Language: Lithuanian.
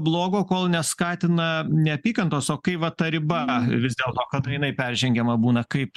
blogo kol neskatina neapykantos o kai va ta riba vis dėl to kada jinai peržengiama būna kaip